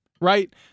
right